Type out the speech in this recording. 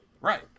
Right